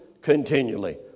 continually